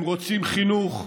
הם רוצים חינוך,